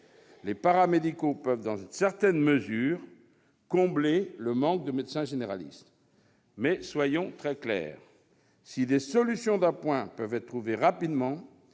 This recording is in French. Les paramédicaux peuvent, dans une certaine mesure, combler le manque de médecins généralistes. Mais soyons très clairs, si des solutions d'appoint peuvent être trouvées rapidement,